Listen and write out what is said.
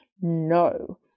No